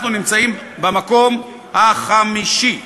אנחנו נמצאים במקום החמישי.